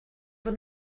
fod